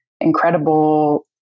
incredible